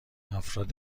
افراد